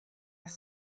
was